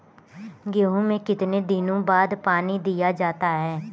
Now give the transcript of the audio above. गेहूँ में कितने दिनों बाद पानी दिया जाता है?